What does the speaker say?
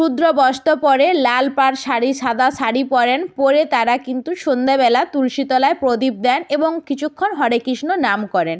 শুদ্ধ বস্ত্র পরে লাল পাড় শাড়ি সাদা শাড়ি পরেন পরে তারা কিন্তু সন্ধেবেলা তুলসী তলায় প্রদীপ দেন এবং কিচুক্ষণ হরে কিষ্ণ নাম করেন